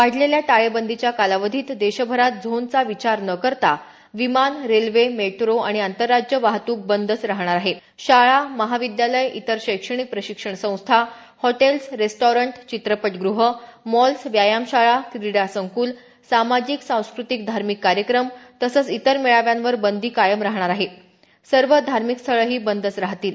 वाढलेल्या टाळेबंदीच्या कालावधीत देशभरात झोनचा विचार न करता विमान रेल्वे मेट्रो आणि आंतरराज्य वाहतूक बंदच राहणार आहे शाळा महाविद्यालय इतर शैक्षणिक प्रशिक्षण संस्था हॉटेल्स रेस्टॉरंट चित्रपट गृह मॉल्स व्यायाम शाळा क्रिडा संक्ल सामाजिक सांस्कृतिक धार्मिक कार्यक्रम तसंच इतर मेळाव्यांवर बंदी कायम राहणार आहे सर्व धर्मिक स्थळंही बंदच राहतील